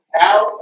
out